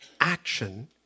Action